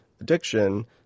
addiction